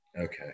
Okay